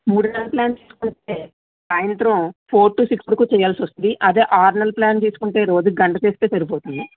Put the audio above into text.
మూడు నెలల ప్లాన్ తీసుకుంటే సాయంత్రం ఫోర్ టు సిక్స్ వరకు చేయాల్సి వస్తుంది అదే ఆరు నెలల ప్లాన్ తీసుకుంటే రోజుకు గంట చేస్తే సరిపోతుంది